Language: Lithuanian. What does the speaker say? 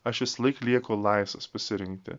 aš visąlaik lieku laisvas pasirinkti